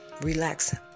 relax